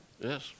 Yes